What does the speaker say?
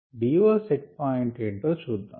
DO set point ఏంటో చూద్దాం